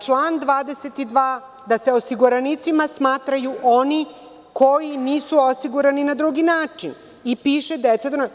Član 22 kaže da se osiguranicima smatraju oni koji nisu osigurani na drugi način i piše deca…